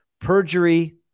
perjury